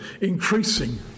increasing